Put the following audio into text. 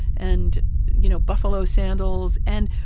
and you know, buffalo sandals and.